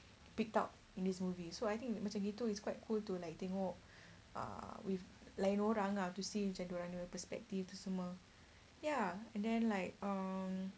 picked up in this movie so I think macam gitu it's quite cool to like tengok err with lain orang ah to see macam dia orang punya perspective tu semua ya and then like um